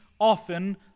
often